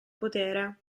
potere